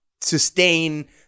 sustain